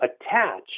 attach